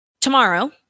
Tomorrow